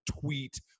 tweet